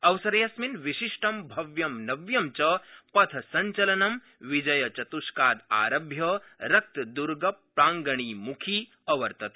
अवसरेऽस्मिन् विशिष्टं भव्यं नव्यं च पथसञ्चलनं विजयचत्रष्कादारभ्य रक्तद्गप्रांगणाभिम्खी अवर्तत